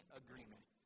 agreement